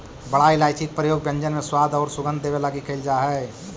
बड़ा इलायची के प्रयोग व्यंजन में स्वाद औउर सुगंध देवे लगी कैइल जा हई